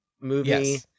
movie